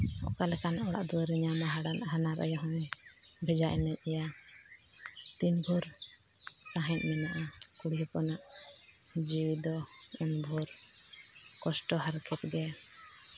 ᱚᱠᱟ ᱞᱮᱠᱟᱱ ᱚᱲᱟᱜ ᱫᱩᱣᱟᱹᱨᱮ ᱧᱟᱢᱟ ᱦᱟᱱᱦᱟᱨ ᱟᱭᱳ ᱦᱚᱸ ᱵᱷᱮᱡᱟ ᱮᱱᱮᱡ ᱮᱜᱼᱟ ᱛᱤᱱ ᱵᱷᱳᱨ ᱥᱟᱦᱮᱫ ᱢᱮᱱᱟᱜᱼᱟ ᱠᱩᱲᱤ ᱦᱚᱯᱚᱱᱟᱜ ᱡᱤᱣᱤ ᱫᱚ ᱩᱱ ᱵᱷᱳᱨ ᱠᱚᱥᱴᱚ ᱦᱟᱨᱠᱮᱛ ᱜᱮ